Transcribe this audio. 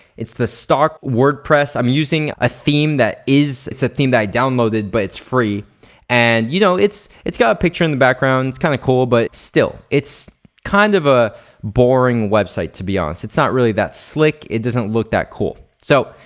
it's the stock wordpress. i'm using a theme that is, it's a theme that i downloaded but it's free and you know it's it's got a picture in the background, it's kinda kind of cool but still, it's kind of a boring website to be ah honest. it's not really that slick. it doesn't look that cool. so,